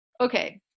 Okay